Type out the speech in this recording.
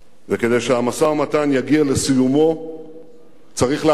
כדי שהמשא-ומתן יגיע לסיומו צריך להתחיל אותו.